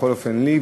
בכל אופן לי,